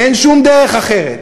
אין שום דרך אחרת.